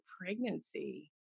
pregnancy